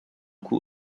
coup